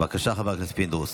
בבקשה, חבר הכנסת פינדרוס.